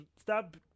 Stop